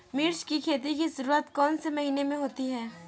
मिर्च की खेती की शुरूआत कौन से महीने में होती है?